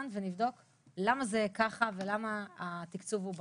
ונבדוק למה זה ככה ולמה התקצוב הוא בחסר.